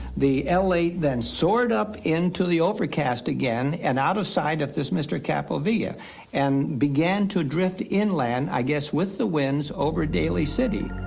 the l eight then soared up into the overcast again and out of sight of this mr. kapovia. and began to drift inland, i guess, with the winds over daly city.